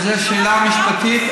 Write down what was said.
זו שאלה משפטית.